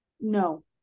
No